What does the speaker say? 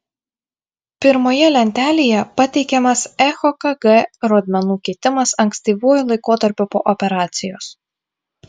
pirmoje lentelėje pateikiamas echokg rodmenų kitimas ankstyvuoju laikotarpiu po operacijos